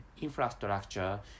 infrastructure